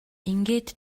ингээд